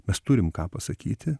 mes turim ką pasakyti